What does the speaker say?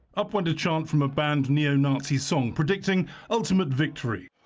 up went a chant from a banned neo-nazi song predicting ultimate victory.